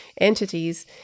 entities